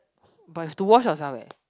but you have to wash yourself eh